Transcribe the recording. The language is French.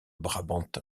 brabant